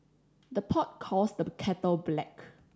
the pot calls the kettle black